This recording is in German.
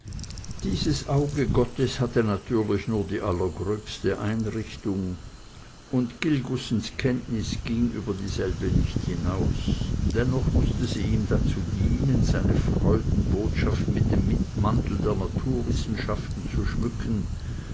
dieses auge gottes hatte natürlich nur die allergröbste einrichtung und gilgussens kenntnis ging über dieselbe nicht hinaus dennoch mußte sie ihm dazu dienen seine freudenbotschaft mit dem mantel der naturwissenschaften zu schmücken